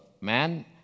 man